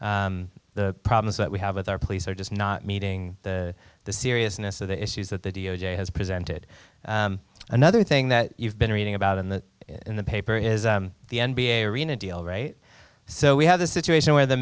the problems that we have with our police are just not meeting the seriousness of the issues that the d o j has presented another thing that you've been reading about in the in the paper is the n b a arena deal right so we have the situation where the